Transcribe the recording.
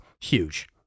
huge